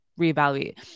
reevaluate